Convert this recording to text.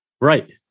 Right